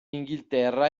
inghilterra